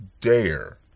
dare